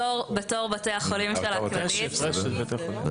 בתור בתי החולים של הכללית -- אבל ממש משפט אחד.